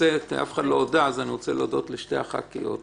אף אחד לא הודה אז אני רוצה להודות לשתי חברות הכנסת